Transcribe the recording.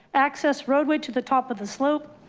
access roadway to the top of the slope.